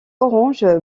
orange